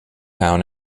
town